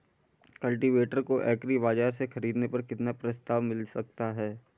Cultivator को agri बाजार से ख़रीदने पर कितना प्रस्ताव मिल सकता है?